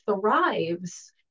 thrives